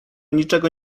niczego